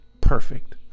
perfect